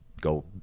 go